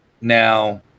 Now